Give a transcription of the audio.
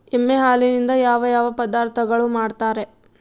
ಎಮ್ಮೆ ಹಾಲಿನಿಂದ ಯಾವ ಯಾವ ಪದಾರ್ಥಗಳು ಮಾಡ್ತಾರೆ?